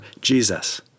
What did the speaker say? Jesus